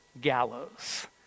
gallows